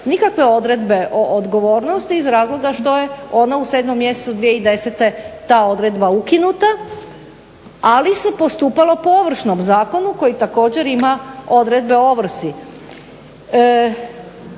nikakve odredbe o odgovornosti iz razloga iz toga što je ona u 7 mjesecu 2010. ta odredba ukinuta ali se postupalo po Ovršnom zakonu koji također ima odredbe o ovrsi.